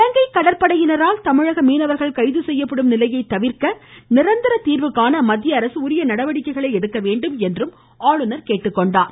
இலங்கை கடற்படையினரால் தமிழக மீனவர்கள் கைது செய்யப்படும் நிலையை தவிர்க்க நிரந்தர தீர்வு காண மத்திய அரசு உரிய நடவடிக்கை எடுக்க வேண்டும் என்றும் கேட்டுக் கொண்டார்